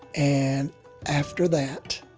and after that,